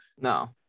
No